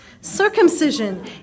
Circumcision